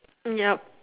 yep